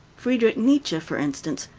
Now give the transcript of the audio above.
friedrich nietzsche, for instance,